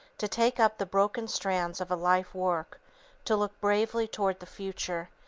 to take up the broken strands of a life-work, to look bravely toward the future,